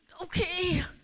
okay